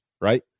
right